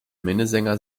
minnesänger